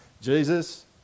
Jesus